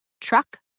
truck